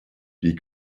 die